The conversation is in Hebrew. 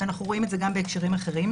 ואנחנו רואים את זה גם בהקשרים אחרים.